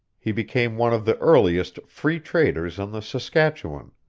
he became one of the earliest free traders on the saskatchewan,